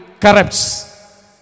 corrupts